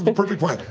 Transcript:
but perfect plan.